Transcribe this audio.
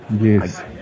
Yes